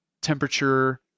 temperature